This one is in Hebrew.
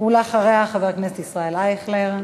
ואחריה, חבר הכנסת ישראל אייכלר.